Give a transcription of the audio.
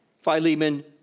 Philemon